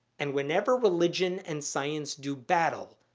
and whenever religion and science do battle,